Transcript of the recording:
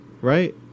Right